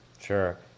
sure